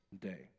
day